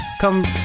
come